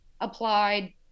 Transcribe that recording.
applied